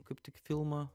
kaip tik filmą